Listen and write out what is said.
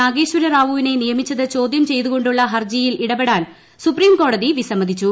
നാഗേശ്വര റാവുവിനെ നിയമിച്ചത് ചോദ്യം ചെയ്തുകൊണ്ടുള്ളൂ ഹൂർജിയിൽ ഇടപെടാൻ സുപ്രീംകോടതി വിസമ്മതിച്ചു